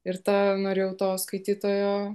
ir tą norėjau to skaitytojo